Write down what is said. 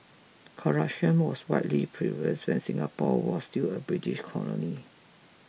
corruption was widely prevalent when Singapore was still a British colony